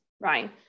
right